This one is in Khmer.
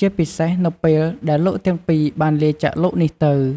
ជាពិសេសនៅពេលដែលលោកទាំងពីរបានលាចាកលោកនេះទៅ។